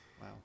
Wow